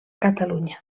catalunya